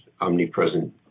omnipresent